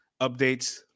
updates